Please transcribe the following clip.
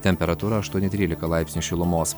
temperatūra aštuoni trylika laipsnių šilumos